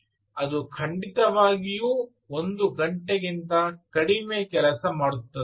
ಅದು ಖಂಡಿತವಾಗಿಯೂ ಒಂದು ಗಂಟೆಗಿಂತ ಕಡಿಮೆ ಕೆಲಸ ಮಾಡುತ್ತದೆ